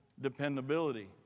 dependability